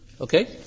Okay